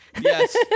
Yes